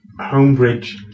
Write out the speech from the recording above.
HomeBridge